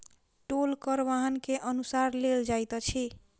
टोल कर वाहन के अनुसार लेल जाइत अछि